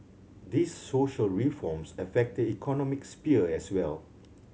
these social reforms affect the economic sphere as well